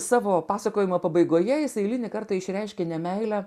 savo pasakojimo pabaigoje jis eilinį kartą išreiškė ne meilę